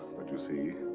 but you see,